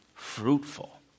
fruitful